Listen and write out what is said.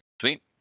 Sweet